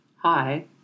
Hi